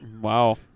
Wow